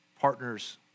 partners